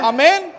Amen